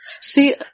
See